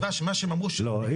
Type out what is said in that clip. היא